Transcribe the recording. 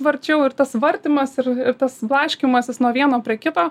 varčiau ir tas vartymas ir ir tas blaškymasis nuo vieno prie kito